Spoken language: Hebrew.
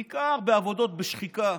בעיקר בעבודות בשחיקה,